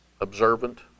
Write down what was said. observant